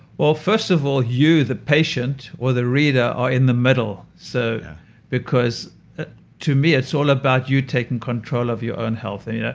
well, first of all, you the patient or the reader are in the middle, so because to me, it's all about you taking control of your own health. and you know